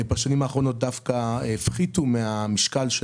בשנים האחרונות דווקא הפחיתו מהמשקל של